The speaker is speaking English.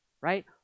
Right